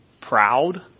proud